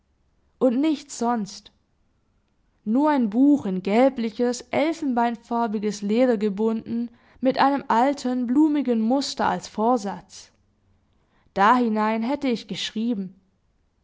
und nichts sonst nur ein buch in gelbliches elfenbeinfarbiges leder gebunden mit einem alten blumigen muster als vorsatz dahinein hätte ich geschrieben